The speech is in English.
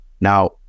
now